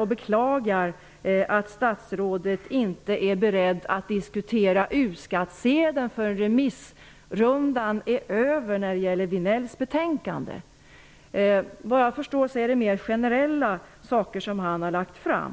Jag beklagar att statsrådet inte är beredd att diskutera förslaget om en U-skattsedel förrän remissrundan är över när det gäller Lars Vinells betänkande. Men såvitt jag förstår är det mera generella uppgifter som denne har lagt fram.